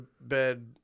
bed